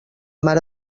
mare